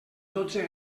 dotze